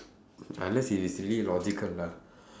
unless he's really logical lah